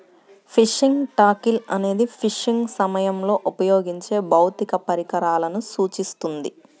fishing tackle అనేది fishing సమయంలో ఉపయోగించే భౌతిక పరికరాలను సూచిస్తుంది